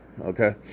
Okay